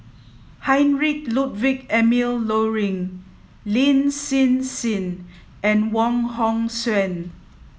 Heinrich Ludwig Emil Luering Lin Hsin Hsin and Wong Hong Suen